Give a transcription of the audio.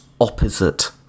opposite